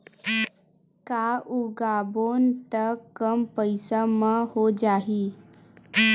का उगाबोन त कम पईसा म हो जाही?